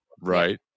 right